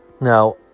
Now